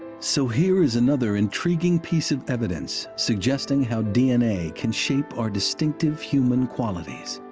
so here is another intriguing piece of evidence suggesting how d n a. can shape our distinctive human qualities.